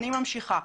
אני ממשיכה.